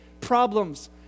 problems